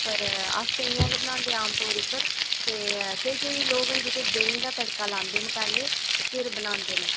पर अस ते इ'यां गै बनांदे आम तौर उप्पर ते केईं केईं लोक न जेह्के देहीं दा तड़का लांदे न पैह्लें ते फ्ही बनांदे न